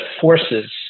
forces